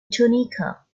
tunica